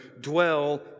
dwell